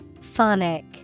Phonic